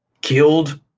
killed